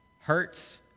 hurts